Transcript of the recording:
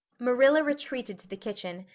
marilla retreated to the kitchen,